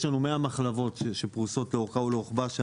יש לנו 100 מחלבות שפרושות לאורכה ולרוחבה של